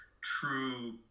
true